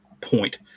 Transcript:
point